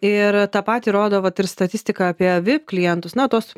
ir tą patį rodo vat ir statistika apie vip klientus na tuos